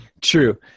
true